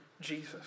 Jesus